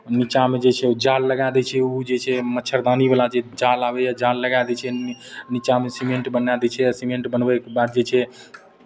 नीचाँमे जे छै ओ जाल लगा दै छै ओ जे छै मच्छरदानीवला जे जाल आबैए जाल लगा दै छै नीचाँमे सीमेंट बना दै छै आ सीमेंट बनबैके बाद जे छै